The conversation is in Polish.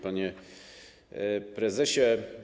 Panie prezesie.